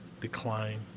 decline